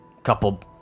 Couple